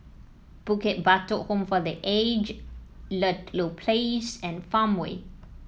Bukit Batok Home for The Aged Ludlow Place and Farmway